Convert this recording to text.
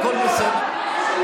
הכול בסדר.